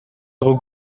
guk